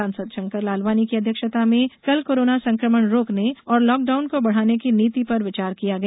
सांसद षंकर लालवानी की अध्यक्षता में कल कोरोना संक्रमण रोकने और लॉकडाउन को बढ़ाने की नीति पर विचार किया गया